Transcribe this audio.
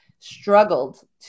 struggled